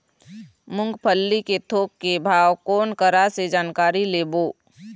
मूंगफली के थोक के भाव कोन करा से जानकारी लेबो?